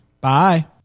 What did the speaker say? Bye